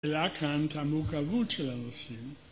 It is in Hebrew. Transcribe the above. העלה כאן את המורכבות של הנושא